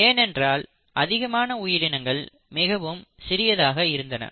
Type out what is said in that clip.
ஏனென்றால் அதிகமான உயிரினங்கள் மிகவும் சிறியதாக இருந்தன